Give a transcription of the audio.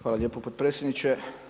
Hvala lijepo potpredsjedniče.